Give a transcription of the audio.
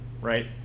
right